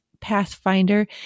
Pathfinder